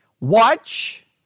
watch